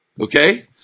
Okay